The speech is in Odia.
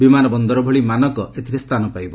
ବିମାନ ବନ୍ଦର ଭଳି ମାନକ ଏଥିରେ ସ୍ଥାନ ପାଇବ